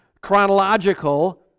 chronological